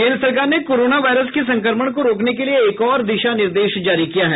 केन्द्र सरकार ने कोरोना वायरस के संक्रमण को रोकने के लिये एक और दिशा निर्देश जारी किया है